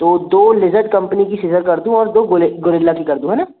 तो दो laser company की सीज़र कर हूँ और दो गोरि गोरिल्ला की कर दूँ है ना